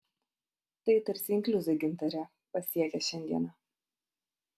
tai tarsi inkliuzai gintare pasiekę šiandieną